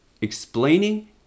explaining